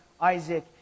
Isaac